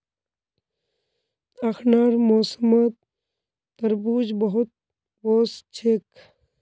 अखनार मौसमत तरबूज बहुत वोस छेक